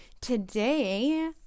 today